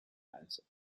answer